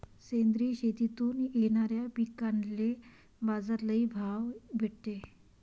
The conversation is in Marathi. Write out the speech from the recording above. सेंद्रिय शेतीतून येनाऱ्या पिकांले बाजार लई भाव भेटते